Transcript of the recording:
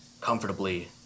comfortably